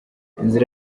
inzira